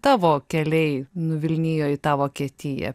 tavo keliai nuvilnijo į tą vokietiją